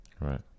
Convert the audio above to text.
right